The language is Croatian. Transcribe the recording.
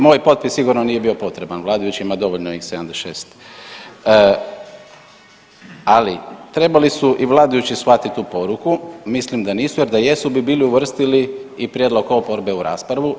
Moj potpis sigurno nije bio potreban, vladajući ima dovoljno i 76, ali trebali su i vladajući shvatit tu poruku, mislim da nisu jer da jesu bi bili uvrstili i prijedlog oporbe u raspravu.